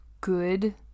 good